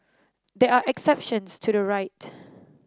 there are exceptions to the right